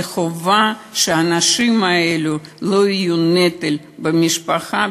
זה חובה שהאנשים האלה לא יהיו נטל במשפחה,